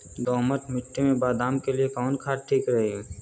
दोमट मिट्टी मे बादाम के लिए कवन खाद ठीक रही?